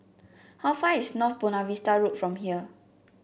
how far is North Buona Vista Road from here